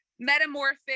metamorphic